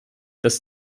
dass